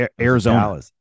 Arizona